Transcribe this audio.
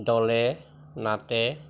দলে নাতে